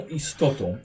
istotą